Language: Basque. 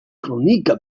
kronika